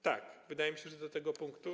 Tak, wydaje mi się, że do tego punktu.